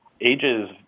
ages